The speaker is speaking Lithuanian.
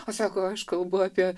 o sako aš kalbu apie